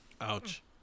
Ouch